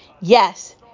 yes